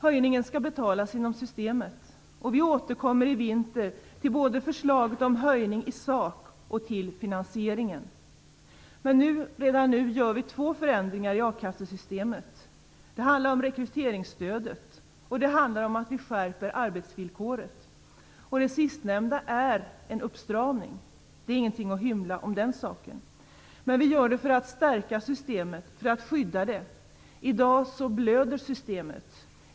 Höjningen skall betalas inom systemet. Vi återkommer i vinter till både förslaget om höjning i sak och till finansieringen. Men redan nu gör vi två förändringar i a-kassesystemet. Det handlar om rekryteringsstödet och om att vi skärper arbetsvillkoret. Det sistnämnda är en uppstramning. Det är ingenting att hymla om. Men vi gör det för att stärka systemet och för att skydda det. I dag blöder systemet.